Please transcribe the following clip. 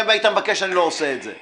גם אם היית מבקש לא הייתי עושה את זה.